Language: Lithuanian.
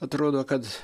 atrodo kad